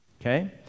Okay